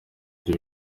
byo